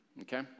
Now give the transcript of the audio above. Okay